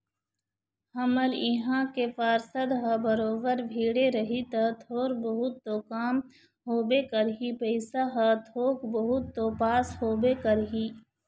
हमर इहाँ के पार्षद ह बरोबर भीड़े रही ता थोर बहुत तो काम होबे करही पइसा ह थोक बहुत तो पास होबे करही